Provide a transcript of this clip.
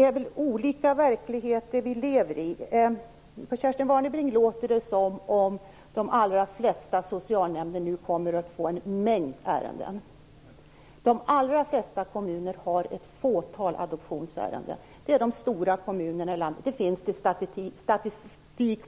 Fru talman! Vi lever väl i olika verkligheter. På Kerstin Warnerbring låter det som att de allra flesta socialnämnder nu kommer att få en mängd ärenden. De allra flesta kommuner har ett fåtal adoptionsärenden, förutom de stora kommunerna i landet. Det finns statistik